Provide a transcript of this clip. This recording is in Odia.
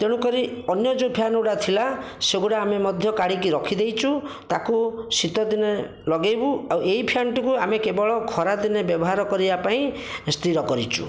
ତେଣୁକରି ଅନ୍ୟ ଯେଉଁ ଫ୍ୟାନ୍ ଗୁଡ଼ା ଥିଲା ସେଗୁଡ଼ା ଆମେ ମଧ୍ୟ କାଢ଼ିକି ରଖିଦେଇଛୁ ତାକୁ ଶୀତଦିନେ ଲଗାଇବୁ ଆଉ ଏଇ ଫ୍ୟାନ୍ଟିକୁ ଆମେ କେବଳ ଖରାଦିନେ ବ୍ୟବହାର କରିଆ ପାଇଁ ସ୍ଥିର କରିଛୁ